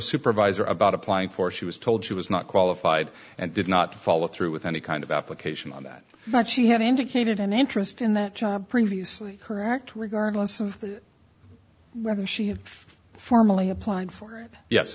supervisor about applying for she was told she was not qualified and did not follow through with any kind of application on that night she had indicated an interest in that job previously correct regardless of whether she had formally applied for it yes